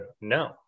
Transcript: no